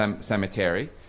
Cemetery